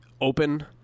open